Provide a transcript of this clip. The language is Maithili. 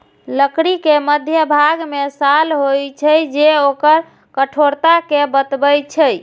लकड़ी के मध्यभाग मे साल होइ छै, जे ओकर कठोरता कें बतबै छै